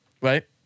right